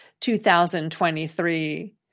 2023